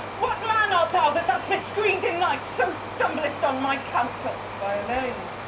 what man art thou that thus bescreen'd in night so stumblest on my counsel? by a name